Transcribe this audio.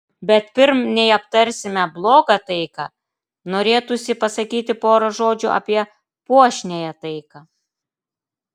bet pirm nei aptarsime blogą taiką norėtųsi pasakyti porą žodžių apie puošniąją taiką